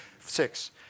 Six